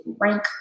rank